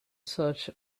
search